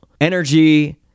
energy